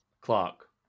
Clark